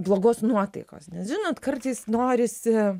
blogos nuotaikos nes žinot kartais norisi